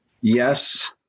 Yes